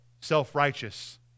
self-righteous